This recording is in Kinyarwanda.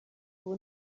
ubu